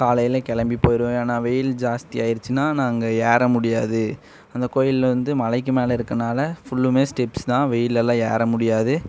காலையில் கிளம்பி போயிடுவோம் ஏனால் வெயில் ஜாஸ்தி ஆயிருச்சுனா நாங்கள் ஏற முடியாது அந்த கோயில் வந்து மலைக்கு மேலே இருக்கறனால ஃபுல்லுமே ஸ்டெப்ஸ்தான் வெயில்லெயெல்லாம் ஏற முடியாது